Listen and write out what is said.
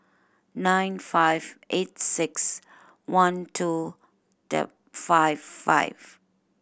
nine five eight six one two five five